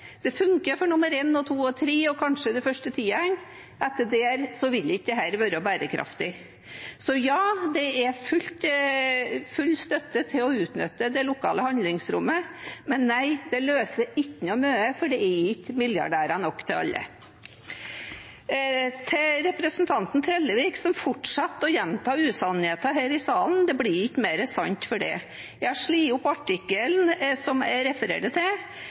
funker for nummer én, to og tre – og kanskje for de første ti – men etter det vil ikke dette være bærekraftig. Så ja, det er full støtte til å utnytte det lokale handlingsrommet, men nei, det løser ikke så mye, for det er ikke milliardærer nok til alle. Til representanten Trellevik, som fortsatte å gjenta usannheter her i salen: Det blir ikke mer sant for det. Jeg har slått opp artikkelen som jeg refererte til,